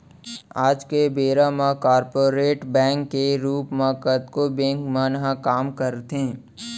आज के बेरा म कॉरपोरेट बैंक के रूप म कतको बेंक मन ह काम करथे